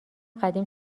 قدیم